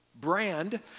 brand